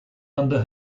under